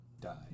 Die